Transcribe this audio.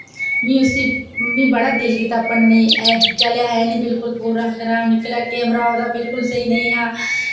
मि उसी मि बड़ा दिल कीत्ता भनने चलेआ है नि बिल्कुल पूरा खराब निकलेआ कैमरा ओह्दा बिल्कुल स्हेई नेईं हा